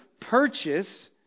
purchase